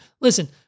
listen